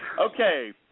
Okay